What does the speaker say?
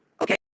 okay